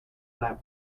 flap